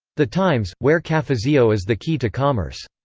the times, where cafezinho is the key to commerce.